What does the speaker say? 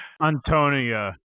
Antonia